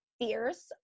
fierce